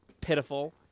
pitiful